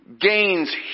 gains